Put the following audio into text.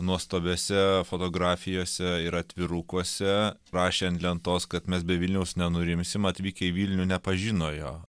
nuostabiose fotografijose ir atvirukuose rašė ant lentos kad mes be vilniaus nenurimsim atvykę į vilnių nepažino jo